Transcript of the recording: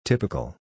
Typical